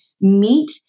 meet